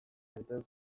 egiten